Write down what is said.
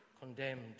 condemned